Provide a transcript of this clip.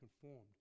conformed